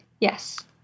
Yes